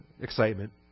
excitement